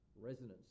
resonance